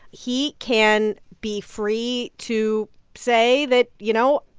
he can be free to say that, you know,